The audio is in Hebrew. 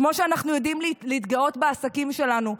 כמו שאנחנו יודעים להתגאות בעסקים שלנו,